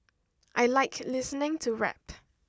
I like listening to rap